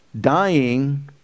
dying